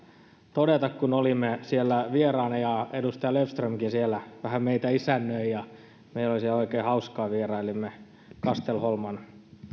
todeta kun olimme siellä vieraina edustaja löfströmkin siellä vähän meitä isännöi ja meillä oli siellä oikein hauskaa vierailimme kastelholman